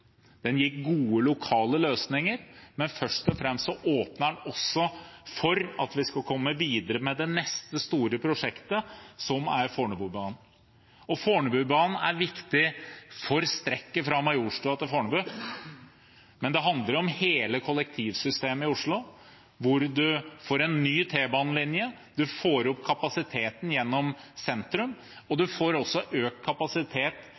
Den gir gode lokale løsninger, men først og fremst åpner den for at vi skal komme videre med det neste store prosjektet, som er Fornebubanen. Og Fornebubanen er viktig for strekket fra Majorstuen til Fornebu, men det handler om hele kollektivsystemet i Oslo, hvor vi får en ny T-banelinje, vi får opp kapasiteten gjennom sentrum, og vi får også økt kapasitet